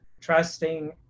trusting